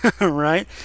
right